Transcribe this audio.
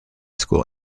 school